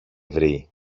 βρει